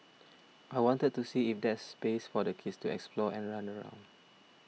I wanted to see if there's space for the kids to explore and run around